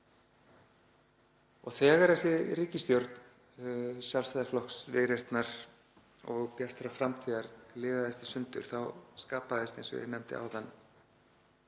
Þegar þessi ríkisstjórn Sjálfstæðisflokks, Viðreisnar og Bjartrar framtíðar liðaðist í sundur þá skapaðist, eins og ég nefndi áðan,